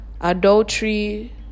adultery